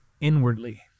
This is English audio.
inwardly